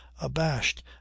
abashed